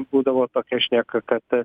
būdavo tokia šneka kad